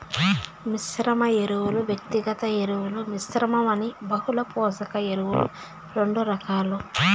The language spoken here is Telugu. మిశ్రమ ఎరువులు, వ్యక్తిగత ఎరువుల మిశ్రమం అని బహుళ పోషక ఎరువులు రెండు రకాలు